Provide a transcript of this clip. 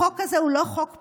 החוק הזה הוא לא חוק פוליטי.